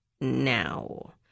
now